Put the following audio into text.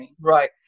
right